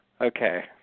Okay